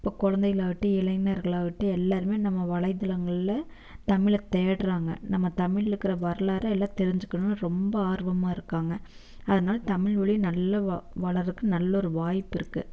இப்போ கொழந்தைகளாவுட்டி இளைஞர்களாவுட்டி எல்லோருமே நம்ம வலைத்தளங்களில் தமிழி தேடுகிறாங்க நம்ம தமிழில் இருக்கிற வரலாறை எல்லாம் தெரிஞ்சுக்கணுன்னு ரொம்ப ஆர்வமாக இருக்காங்க அதனாலே தமிழ் மொழி நல்லா வளரதுக்கு நல்ல ஒரு வாய்ப்பிருக்கு